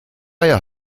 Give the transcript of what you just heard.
reihe